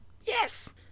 Yes